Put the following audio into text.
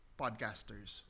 podcasters